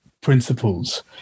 principles